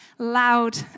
Loud